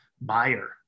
buyer